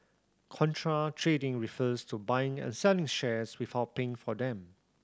contra trading refers to buying and selling shares without paying for them